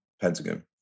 Pentagon